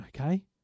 okay